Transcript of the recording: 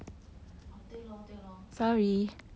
orh 对 lor 对 lor